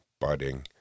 budding